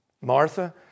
Martha